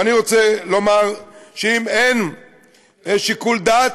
ואני רוצה לומר שאם אין שיקול דעת,